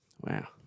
Wow